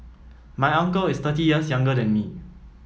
my uncle is thirty years younger than me